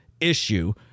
issue